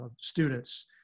students